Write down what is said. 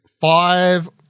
five